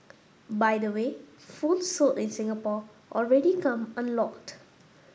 by the way phones sold in Singapore already come unlocked